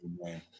Amen